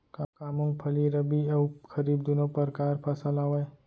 का मूंगफली रबि अऊ खरीफ दूनो परकार फसल आवय?